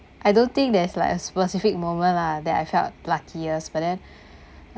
I don't think there's like a specific moment lah that I felt luckiest but then uh